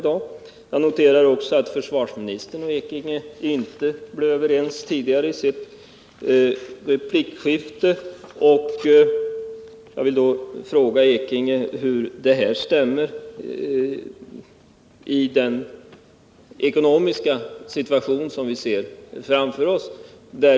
Jag noterar också att försvarsministern och Bernt Ekinge inte blev överens i deras replikskifte. Och jag vill fråga Bernt Ekinge hur hans ställningstagande passar in i den ekonomiska situation som vi ser framför oss.